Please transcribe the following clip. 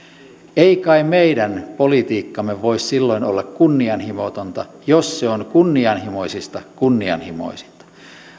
ei kai meidän politiikkamme voi silloin olla kunnianhimotonta jos se on kunnianhimoisista kunnianhimoisinta